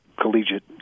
collegiate